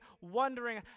wondering